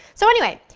so anyway,